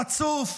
חצוף.